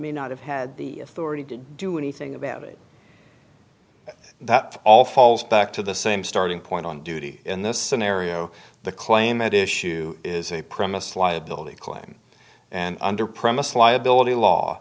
may not have had the authority to do anything about it that all falls back to the same starting point on duty in this scenario the claim it is shoe is a premise liability claim and under promise liability law